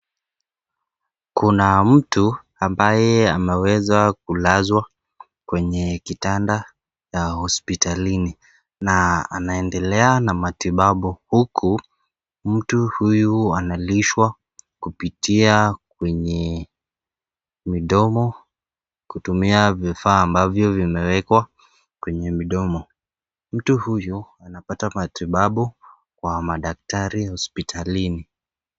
Kuna mtu ambaye ameweza kulazwa kwenye kitanda cha hospitali na anendelea na matibabu huku mtu huyu analishwa kupitia kwenye mdomo kutumia vifaa ambavyo vimewekwa kwenye mdomo. Mtu huyu anapata matibabu wa daktari hospitalini.